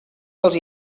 dels